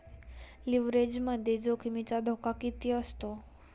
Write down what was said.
लिव्हरेजमध्ये जोखमीचा धोका किती असतो?